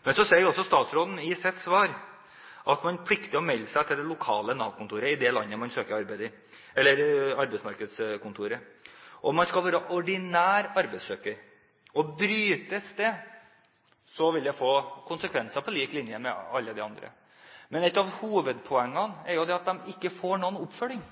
Men så sier også statsråden i sitt svar at man plikter å melde seg til det lokale arbeidskontoret i det landet man søker arbeid. Man skal være ordinær arbeidssøker, og brytes de forutsetningene, vil det få konsekvenser for denne gruppen – på lik linje med alle andre. Men et av hovedpoengene er jo at det ikke er noen oppfølging.